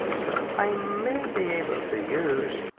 i may be able to use